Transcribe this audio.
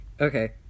Okay